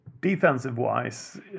Defensive-wise